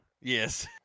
Yes